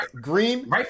Green